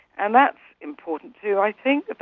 and that's important too. i think